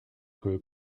que